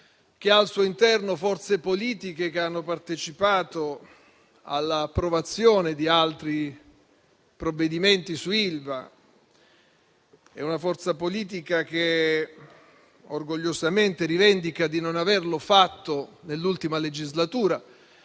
che ha al suo interno forze politiche che hanno partecipato all'approvazione di altri provvedimenti su Ilva; una forza politica che orgogliosamente rivendica di non averlo fatto nell'ultima legislatura,